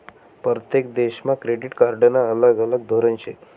परतेक देशमा क्रेडिट कार्डनं अलग अलग धोरन शे